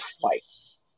twice